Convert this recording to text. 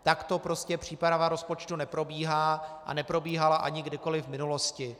Takto prostě příprava rozpočtu neprobíhá a neprobíhala ani kdykoliv v minulosti.